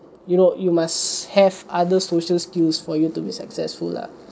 you know you must have other social skills for you to be successful lah